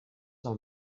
del